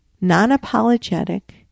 non-apologetic